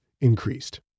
increased